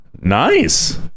Nice